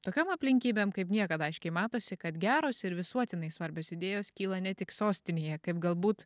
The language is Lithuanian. tokiom aplinkybėm kaip niekad aiškiai matosi kad geros ir visuotinai svarbios idėjos kyla ne tik sostinėje kaip galbūt